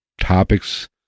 topics